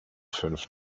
fünf